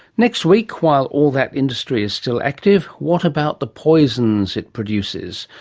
next week, while all that industry is still active what about the poisons it produces?